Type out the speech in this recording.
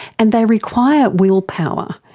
and they require willpower.